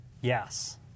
Yes